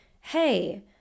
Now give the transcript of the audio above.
hey